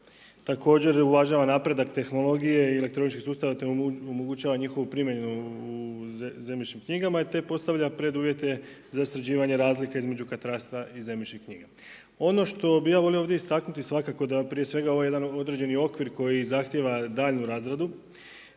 Također uvažava napredak tehnologije i elektroničkih sustava, te omogućava njihovu primjenu u zemljišnim knjigama, te postavlja preduvjete za sređivanje razlika između katastra i zemljišnih knjiga. Ono što bih ja volio ovdje istaknuti svakako da je ovo prije svega jedan određeni okvir koji zahtijeva daljnju razradu